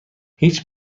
هیچ